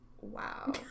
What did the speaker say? wow